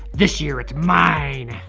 this year, it's mine.